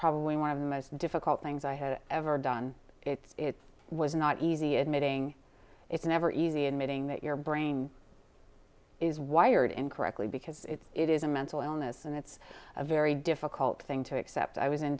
probably one of the most difficult things i had ever done it's was not easy admitting it's never easy admitting that your brain is wired incorrectly because it's it is a mental illness and it's a very difficult thing to accept i was in